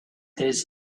this